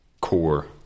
core